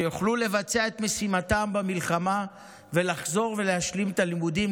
כדי שיוכלו לבצע את משימתם במלחמה ולחזור ולהשלים את הלימודים.